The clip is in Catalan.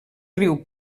riu